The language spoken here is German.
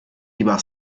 lieber